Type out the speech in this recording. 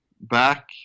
back